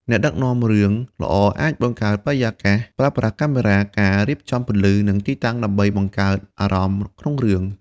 អ្នកដឹកនាំរឿងល្អអាច បង្កើតបរិយាកាស ប្រើប្រាស់កាមេរ៉ា ការរៀបចំពន្លឺ និងទីតាំង ដើម្បីបង្កើតអារម្មណ៍ក្នុងរឿង។